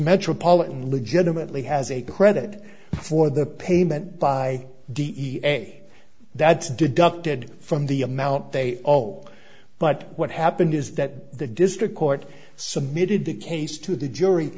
metropolitan legitimately has a credit for the payment by d e a that's deducted from the amount they owe but what happened is that the district court submitted the case to the jury